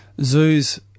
zoos